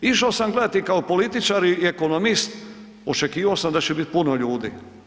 Išo sam gledati kao političar i ekonomist, očekivo sam da će bit puno ljudi.